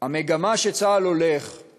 המגמה שצה"ל הולך בה היא